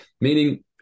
Meaning